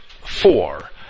Four